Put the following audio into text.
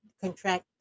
contract